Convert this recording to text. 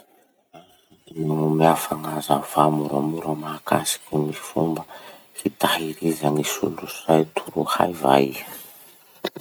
Afaky manome fagnazavà moramora mahakasiky ny fomba fitahiriza ny solosay torohay va iha?